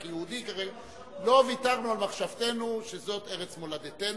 לא ויתרנו על מחשבתנו שזאת ארץ מולדתנו,